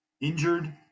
injured